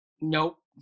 nope